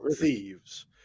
thieves